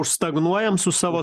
užstagnuojam su savo